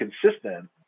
consistent